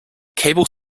cable